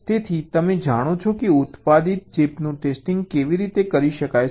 તેથી તમે જાણો છો કે ઉત્પાદિત ચિપનું ટેસ્ટિંગ કેવી રીતે કરી શકાય છે